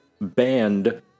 banned